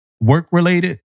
work-related